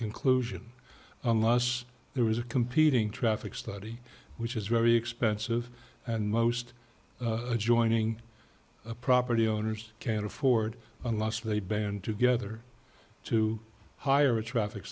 conclusion unless there is a competing traffic study which is very expensive and most adjoining property owners can't afford unless they band together to hire a traffic